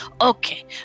Okay